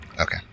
Okay